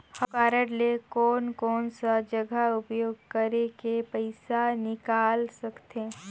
हव कारड ले कोन कोन सा जगह उपयोग करेके पइसा निकाल सकथे?